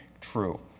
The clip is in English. true